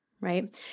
right